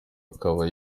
akaba